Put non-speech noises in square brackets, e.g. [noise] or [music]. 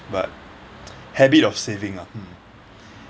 but habit of saving ah mm [breath]